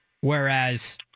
Whereas